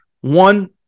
One